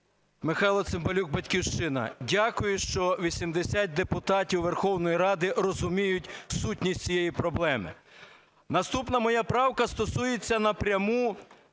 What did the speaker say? Михайло Цимбалюк, "Батьківщина". Дякую, що 80 депутатів Верховної Ради розуміють сутність цієї проблеми. Наступна моя правка стосується напряму